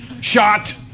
Shot